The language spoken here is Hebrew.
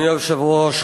אדוני היושב-ראש,